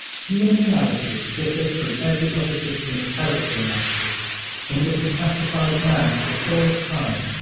human analysis differs from every other system of character analysis in that it classifies man, for the first time,